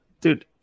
dude